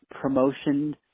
promotion